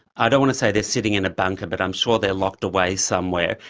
i don't want to say they're sitting in a bunker, but i'm sure they are locked away somewhere,